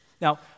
Now